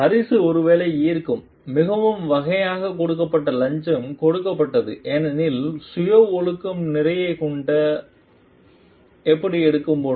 பரிசு ஒருவேளை ஈர்க்கும் மிகவும் வகையான கொடுக்கப்பட்ட லஞ்சம் கொடுக்கப்பட்ட ஏனெனில் சுய ஒழுக்கம் நிறைய கொண்ட எப்படி எடுத்து போன்ற